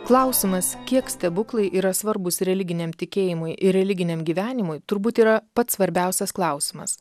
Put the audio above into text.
klausimas kiek stebuklai yra svarbus religiniam tikėjimui ir religiniam gyvenimui turbūt yra pats svarbiausias klausimas